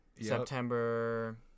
September